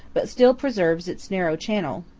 but still preserves its narrow channel,